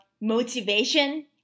motivation